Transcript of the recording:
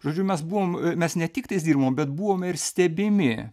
žodžiu mes buvom mes ne tik tais dirbom bet buvome ir stebimi